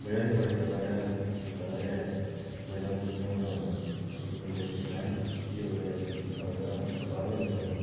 मज़ा बी बड़ा जायादा आया कि तुसेंईं पता गै मज़ा हून इ'यां थोह्ड़ा औंदा बंदै किश मैह्नत कीती होऐ एह् कीता होऐ उसदे बाद गै मज़ा आंदा